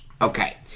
Okay